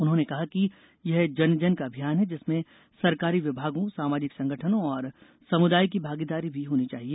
उन्होंने कहा कि यह जन जन का अभियान है जिसमें सरकारी विभागों सामाजिक संगठनों और समुदाय की भागीदारी भी होनी चाहिए